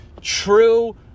true